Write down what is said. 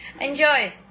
Enjoy